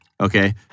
Okay